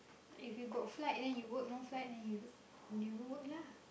if you got flag then you work no flag then you don't work lah